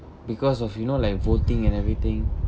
because of you know like voting and everything